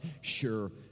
sure